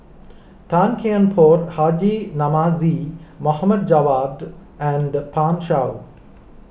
Tan Kian Por Haji Namazie Mohd Javad and Pan Shou